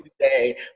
today